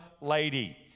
lady